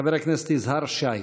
חבר הכנסת יזהר שי.